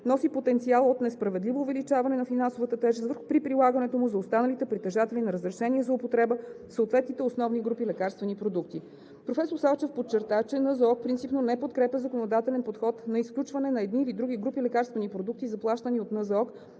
носи потенциал от несправедливо увеличаване на финансовата тежест при прилагането му за останалите притежатели на разрешения за употреба в съответните основни групи лекарствени продукти. Професор Салчев подчерта, че Националната здравноосигурителна каса принципно не подкрепя законодателен подход на изключване на едни или други групи лекарствени продукти, заплащани от НЗОК,